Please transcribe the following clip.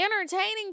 entertaining